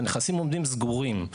והנכסים עומדים סגורים.